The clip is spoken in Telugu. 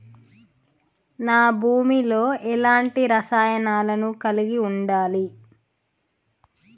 నా భూమి లో ఎలాంటి రసాయనాలను కలిగి ఉండాలి?